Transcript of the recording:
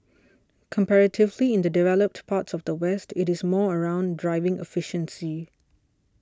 comparatively in the developed parts of the West it's more around driving efficiency